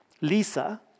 Lisa